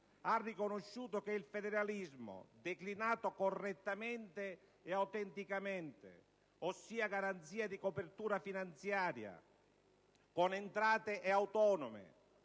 ha riconosciuto che il federalismo, declinato correttamente e autenticamente, (ossia garanzie di copertura finanziaria, con entrate autonome,